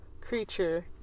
Creature